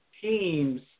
teams